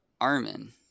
Armin